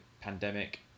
pandemic